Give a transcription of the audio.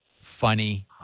funny